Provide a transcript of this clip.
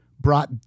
brought